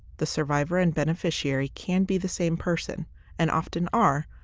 the survivor and beneficiary can be the same person and often are,